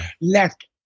left